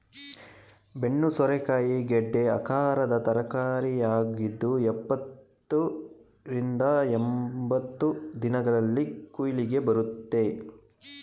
ಬೆನ್ನು ಸೋರೆಕಾಯಿ ಗೆಡ್ಡೆ ಆಕಾರದ ತರಕಾರಿಯಾಗಿದ್ದು ಎಪ್ಪತ್ತ ರಿಂದ ಎಂಬತ್ತು ದಿನಗಳಲ್ಲಿ ಕುಯ್ಲಿಗೆ ಬರುತ್ತೆ